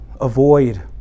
avoid